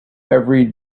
every